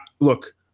look –